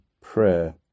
prayer